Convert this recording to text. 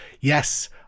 Yes